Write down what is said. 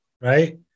right